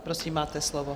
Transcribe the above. Prosím, máte slovo.